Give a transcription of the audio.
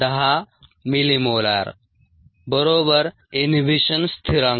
01210mM the inhibitor constant